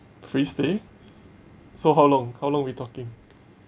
free stay so how long how long we talking